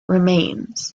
remains